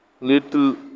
little